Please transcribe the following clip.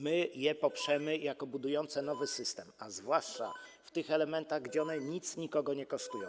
My je poprzemy, jako budujące nowy system, a zwłaszcza w tych elementach, gdzie one nic nikogo nie kosztują.